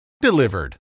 Delivered